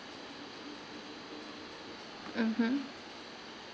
mmhmm